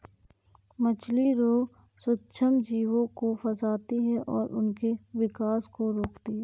मछली रोग सूक्ष्मजीवों को फंसाती है और उनके विकास को रोकती है